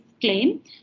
claim